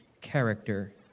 character